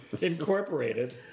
Incorporated